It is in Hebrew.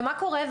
ומה קורה,